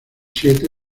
siete